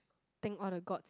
thank all the Gods